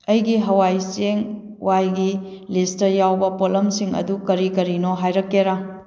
ꯑꯩꯒꯤ ꯍꯋꯥꯏ ꯆꯦꯡꯋꯥꯏ ꯂꯤꯁꯇ ꯌꯥꯎꯕ ꯄꯣꯠꯂꯝꯁꯤꯡ ꯑꯗꯨ ꯀꯔꯤ ꯀꯔꯤꯅꯣ ꯍꯥꯏꯔꯛꯀꯦꯔꯥ